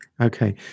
okay